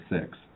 six